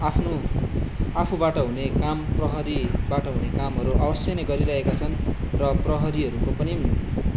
आफ्नो आफूबाट हुने काम प्रहरीबाट हुने कामहरू अवश्य नै गरिरहेका छन् र प्रहरीहरूको पनि